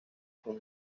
son